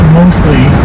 mostly